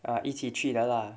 ah 一起去的 lah